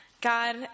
God